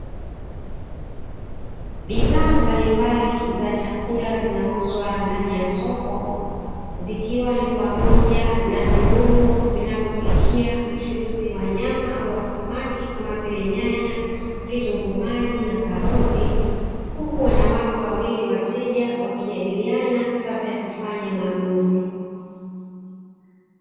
Bidhaa mbalimbali za chakula zinauzwa ndani ya soko, zikiwa ni pamoja na viungo vinavopikia mchuzi wa nyama au wa samaki kama vile; nyanya, vitunguu maji na karoti, huku wanawake wawili wateja wakijadiliana kabla ya kufanya maamuzi.